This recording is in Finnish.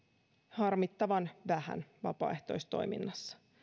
harmittavan vähän vapaaehtoistoiminnassa